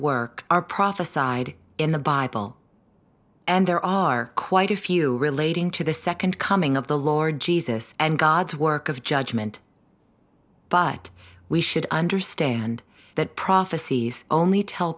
work are prophesied in the bible and there are quite a few relating to the nd coming of the lord jesus and god's work of judgment but we should understand that prophecies only tell